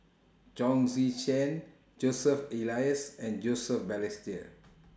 Chong Tze Chien Joseph Elias and Joseph Balestier